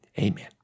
amen